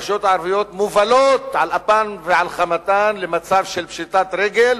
הרשויות הערביות מובלות על אפן ועל חמתן למצב של פשיטת רגל